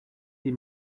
des